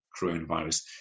coronavirus